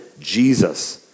Jesus